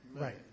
Right